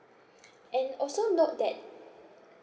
and also note that